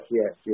yes